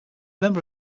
member